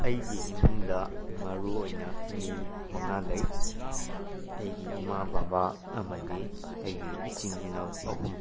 ꯑꯩꯒꯤ ꯏꯃꯨꯡꯗ ꯃꯔꯨ ꯑꯣꯏꯅ ꯃꯤ ꯃꯉꯥ ꯂꯩ ꯑꯩꯒꯤ ꯏꯃꯥ ꯕꯕꯥ ꯑꯃꯗꯤ ꯑꯩꯒꯤ ꯏꯆꯤꯟ ꯏꯅꯥꯎ ꯑꯍꯨꯝ